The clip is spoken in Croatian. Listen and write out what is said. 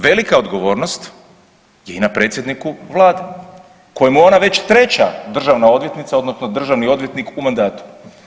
Velika odgovornost je i na predsjedniku Vlade kojemu je ona već treća državna odvjetnica, odnosno državni odvjetnik u mandatu.